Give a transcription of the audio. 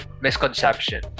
misconception